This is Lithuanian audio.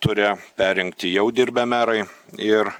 ture perrinkti jau dirbę merai ir